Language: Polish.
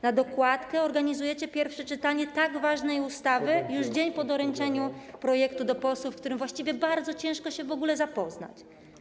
Na dokładkę organizujecie pierwsze czytanie tak ważnej ustawy już dzień po doręczeniu projektu posłom, którym właściwie bardzo ciężko się w ogóle z tym zapoznać.